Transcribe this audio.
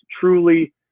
truly